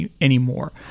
anymore